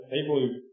people